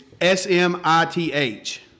S-M-I-T-H